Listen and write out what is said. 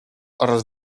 oraz